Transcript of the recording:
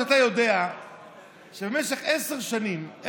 אתה יודע שבמשך עשר שנים,